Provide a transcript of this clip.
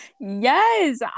yes